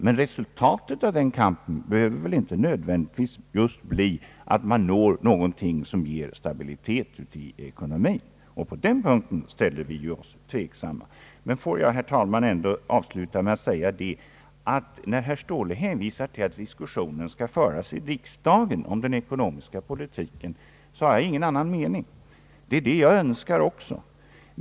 Men resultatet av den kampen behöver ju inte nödvändigtvis bli att man når ett resultat som ger stabilitet i ekonomin, På den punkten ställer vi oss tveksamma. Låt mig, herr talman, avsluta med att säga att jag har samma mening som herr Ståhle när han hänvisar till att diskussionen om den ekonomiska politiken skall föras i riksdagen. Det önskar jag också.